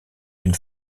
une